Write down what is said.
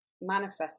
manifest